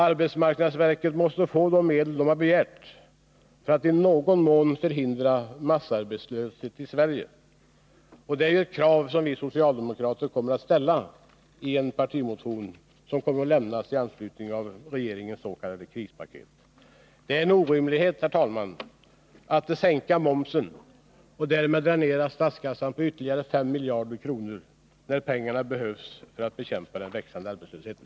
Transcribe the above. Arbetsmarknadsverket måste få de medel det begärt för att i någon mån förhindra massarbetslöshet i Sverige. Det är ett krav som vi socialdemokrater avser att ställa i en partimotion som kommer att väckas i anslutning till regeringens s.k. krispaket. Det är en orimlighet att sänka momsen och därmed dränera statskassan på ytterligare 5 miljarder kronor, när pengarna behövs för att bekämpa den växande arbetslösheten.